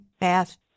math